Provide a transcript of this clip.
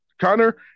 Connor